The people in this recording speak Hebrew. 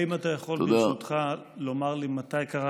האם אתה יכול ברשותך לומר לי מתי קרה